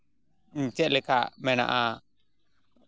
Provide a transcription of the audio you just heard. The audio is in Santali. ᱪᱮᱫ ᱞᱮᱠᱟ ᱮᱢᱱᱟᱜᱼᱟ